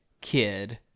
kid